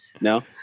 No